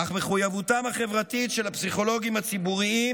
אך מחויבותם החברתית של הפסיכולוגים הציבוריים